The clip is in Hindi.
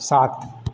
सात